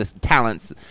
talents